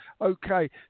Okay